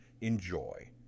Enjoy